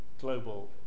global